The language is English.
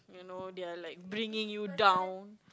you know they're like bringing you down